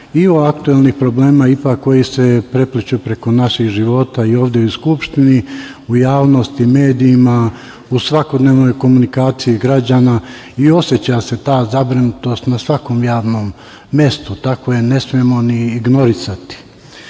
i o aktuelnim problemima ipak koji se prepliću preko naših života i ovde u Skupštini, u javnosti, medijima, u svakodnevnoj komunikaciji građana i oseća se ta zabrinutost na svakom javnom mestu. Takve ne smemo ni ignorisati. Što